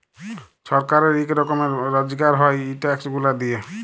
ছরকারের ইক রকমের রজগার হ্যয় ই ট্যাক্স গুলা দিঁয়ে